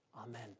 amen